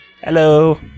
Hello